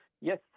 Yes